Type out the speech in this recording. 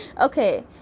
Okay